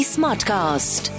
Smartcast